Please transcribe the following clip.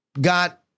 got